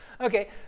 Okay